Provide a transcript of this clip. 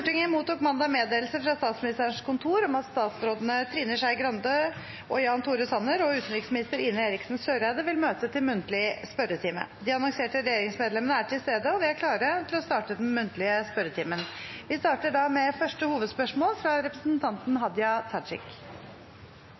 Stortinget mottok mandag meddelelse fra Statsministerens kontor om at statsrådene Trine Skei Grande, Jan Tore Sanner og utenriksminister Ine Eriksen Søreide vil møte til muntlig spørretime. De annonserte regjeringsmedlemmene er til stede, og vi er klare til å starte den muntlige spørretimen. Vi starter da med første hovedspørsmål, fra representanten Hadia Tajik.